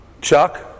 Chuck